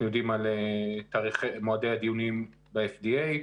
אנחנו יודעים על מועדי הדיונים ב-FDA.